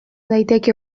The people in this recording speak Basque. daiteke